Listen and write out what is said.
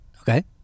Okay